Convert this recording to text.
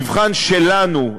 המבחן שלנו,